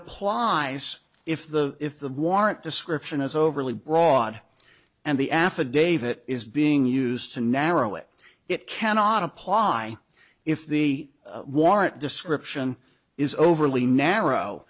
applies if the if the warrant description is overly broad and the affidavit is being used to narrow it it cannot apply if the warrant description is overly narrow